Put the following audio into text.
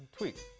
tweet.